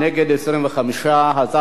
הצעת חוק הפרשנות (תיקון,